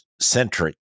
centric